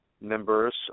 members